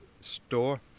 store